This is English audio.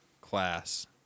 class